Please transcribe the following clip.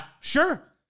Sure